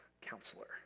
Counselor